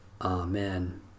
Amen